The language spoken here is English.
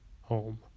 home